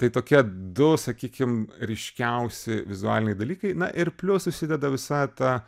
tai tokie du sakykim ryškiausi vizualiniai dalykai na ir plius susideda visa ta